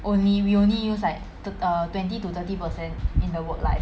only we only use like err twenty to thirty percent in the work life leh